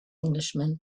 englishman